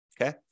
okay